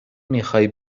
میخای